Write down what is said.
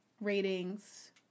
ratings